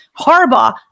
Harbaugh